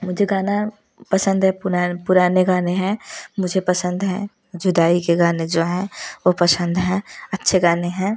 मुझे गाना पसंद है पुनार पुराने गाने हैं मुझे पसंद हैं जुदाई के गाने जो हैं वो पसंद हैं अच्छे गाने हैं